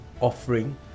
offering